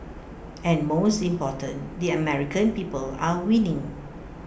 and most important the American people are winning